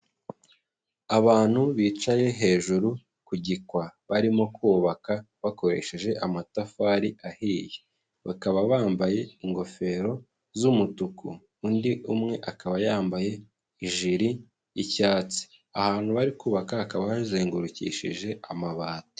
Abantu bicaye hejuru ku gikwa barimo kubaka bakoresheje amatafari ahiye, bakaba bambaye ingofero z'umutuku, undi umwe akaba yambaye ijiri y'icyatsi, ahantu bari kubaka hakaba hazengurukishije amabati.